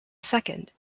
second